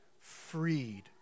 freed